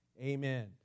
Amen